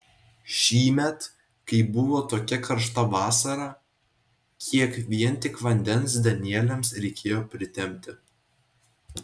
šįmet kai buvo tokia karšta vasara kiek vien tik vandens danieliams reikėjo pritempti